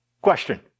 Question